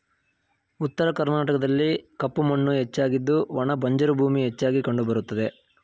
ಉತ್ತರ ಕರ್ನಾಟಕದಲ್ಲಿ ಕಪ್ಪು ಮಣ್ಣು ಹೆಚ್ಚಾಗಿದ್ದು ಒಣ ಬಂಜರು ಭೂಮಿ ಹೆಚ್ಚಾಗಿ ಕಂಡುಬರುತ್ತವೆ